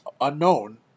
unknown